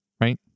right